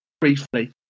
briefly